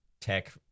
tech